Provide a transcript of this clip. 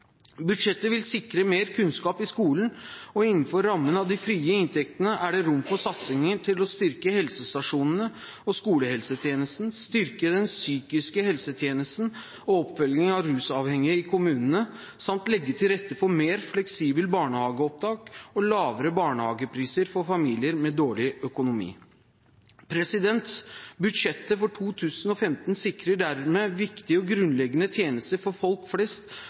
Budsjettet vil sikre mer kunnskap i skolen. Innenfor rammen av de frie inntektene er det rom for satsinger til å styrke helsestasjonene og skolehelsetjenesten, styrke den psykiske helsetjenesten og oppfølgingen av rusavhengige i kommunene samt legge til rette for et mer fleksibelt barnehageopptak og lavere barnehagepriser for familier med dårlig økonomi. Budsjettet for 2015 sikrer dermed viktige og grunnleggende tjenester for folk flest,